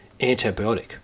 antibiotic